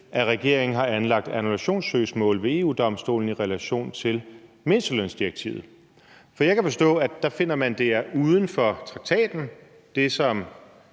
at regeringen har anlagt et annullationssøgsmål ved EU-Domstolen i relation til mindstelønsdirektivet. For jeg kan forstå, at man der finder, at det, som